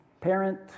parent